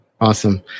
Awesome